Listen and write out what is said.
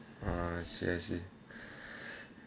ah I see I see